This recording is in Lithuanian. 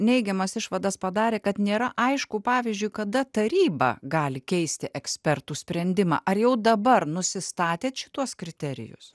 neigiamas išvadas padarė kad nėra aišku pavyzdžiui kada taryba gali keisti ekspertų sprendimą ar jau dabar nusistatėt šituos kriterijus